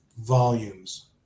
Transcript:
volumes